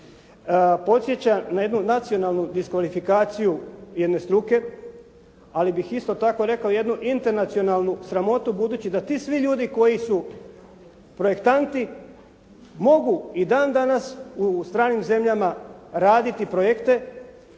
podsjeća na jednu nacionalnu diskvalifikaciju jedne struke, ali bih isto tako rekao jednu internacionalnu sramotu, budući da ti svi ljudi koji su projektanti mogu i dan danas u stranim zemljama raditi projekte,